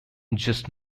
just